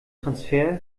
transfer